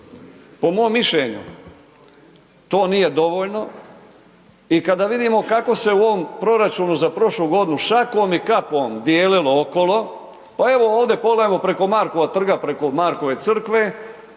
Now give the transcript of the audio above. Po mom mišljenju, to nije dovoljno. I kada vidimo kako se u ovom proračunu za prošlu godinu šakom i kapom dijelilo okolo, pa evo ovdje pogledajmo preko Markova trga, preko Markove crkve,